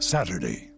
Saturday